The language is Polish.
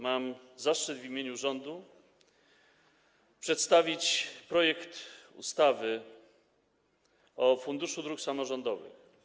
Mam zaszczyt w imieniu rządu przedstawić projekt ustawy o Funduszu Dróg Samorządowych.